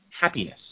happiness